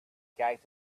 gate